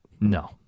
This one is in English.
No